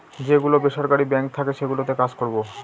যে গুলো বেসরকারি বাঙ্ক থাকে সেগুলোতে কাজ করবো